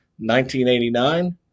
1989